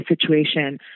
situation